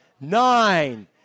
Nine